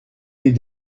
les